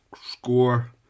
score